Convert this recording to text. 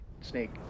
snake